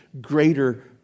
greater